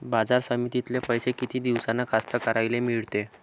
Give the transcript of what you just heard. बाजार समितीतले पैशे किती दिवसानं कास्तकाराइले मिळते?